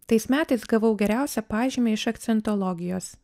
tais metais gavau geriausią pažymį iš akcentologijos